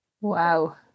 wow